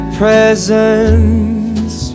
presents